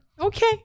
Okay